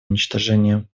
уничтожения